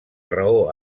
raó